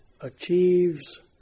achieves